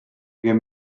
wir